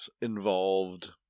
involved